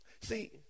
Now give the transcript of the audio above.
See